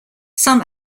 some